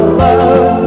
love